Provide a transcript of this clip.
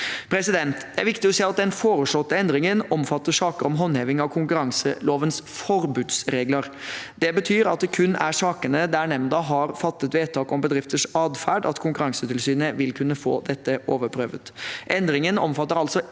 vedtak. Det er viktig å si at den foreslåtte endringen omfatter saker om håndheving av Konkurranselovens forbudsregler. Det betyr at det kun er sakene der nemnda har fattet vedtak om bedrifters atferd, at Konkurransetilsynet vil kunne få dette overprøvd. Endringen omfatter altså ikke